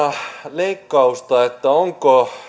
leikkausta onko